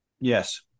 Yes